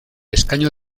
escaño